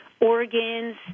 organs